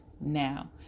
now